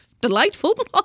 delightful